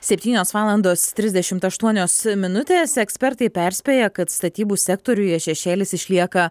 septynios valandos trisdešimt aštuonios minutės ekspertai perspėja kad statybų sektoriuje šešėlis išlieka